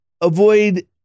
avoid